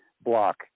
block